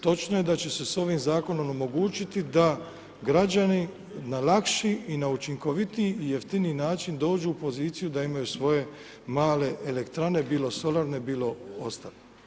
Točno je da će se sa ovim zakonom omogućiti da građani na lakši i na učinkovitiji i jeftiniji način dođu u poziciju da imaju svoje male elektrane, bilo solarne, bilo ostale.